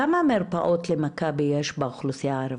כמה מרפאות להפרעות אכילה יש למכבי באוכלוסייה הערבית?